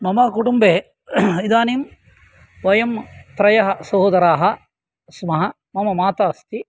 मम कुटुम्बे इदानीं वयं त्रयः सहोदराः स्मः मम माता अस्ति